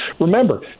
Remember